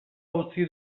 utzi